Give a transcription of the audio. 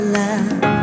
love